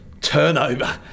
turnover